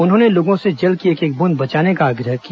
उन्होंने लोगों से जल की एक एक बूंद बचाने का आग्रह किया